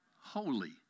Holy